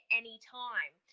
anytime